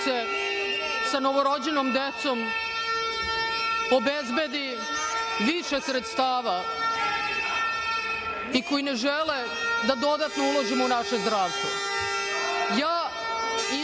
sa novorođenom decom obezbedi više sredstava i koji ne žele da dodatno uložimo u naše zdravstvo.